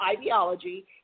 ideology